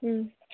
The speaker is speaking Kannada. ಹ್ಞೂ